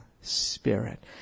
spirit